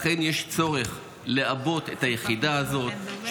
לכן יש צורך לעבות את היחידה הזאת,